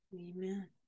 Amen